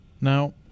Now